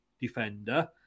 defender